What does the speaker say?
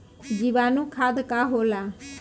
जीवाणु खाद का होला?